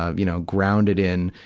ah you know, ground it in,